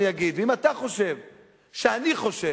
אני מוציא אותו.